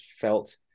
felt